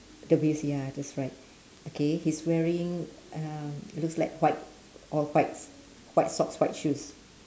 the bees ya that's right okay he's wearing um it looks like white all whites white socks white shoes